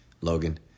Logan